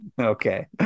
Okay